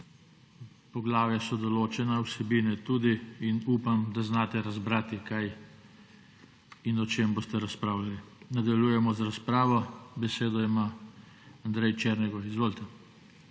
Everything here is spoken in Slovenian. Poglavja so določena, vsebine tudi in upam, da znate razbrati, kaj in o čem boste razpravljali. Nadaljujemo z razpravo. Besedo ima Andrej Černigoj. Izvolite.